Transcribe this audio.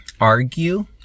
argue